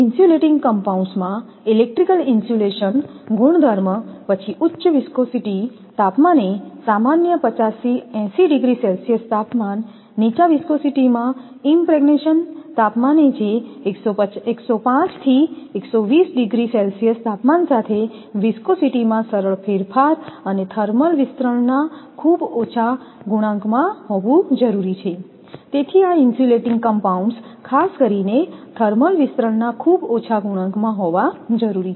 insulating કમ્પાઉન્ડ્સમાં electrical insulation ગુણધર્મ પછી ઉચ્ચ વીસ્કોસીટી તાપમાને સામાન્ય 50 થી 80 ડિગ્રી સેલ્સિયસ તાપમાન નીચા વીસ્કોસીટી માં ઈમપ્રેગ્નેશન તાપમાને જે 105 થી 120 ડિગ્રી સેલ્સિયસ તાપમાન સાથે વીસ્કોસીટી માં સરળ ફેરફાર અને થર્મલ વિસ્તરણના ખૂબ ઓછા ગુણાંકમાં હોવું જરૂરી છે તેથી આ ઇન્સ્યુલેટીંગ કમ્પાઉન્ડ્સ ખાસ કરીને થર્મલ વિસ્તરણના ખૂબ ઓછા ગુણાંક માં હોવા જરૂરી છે